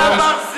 מה לעשות.